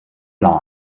line